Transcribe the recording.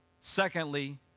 Secondly